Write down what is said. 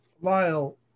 Lyle